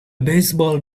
baseball